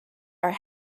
are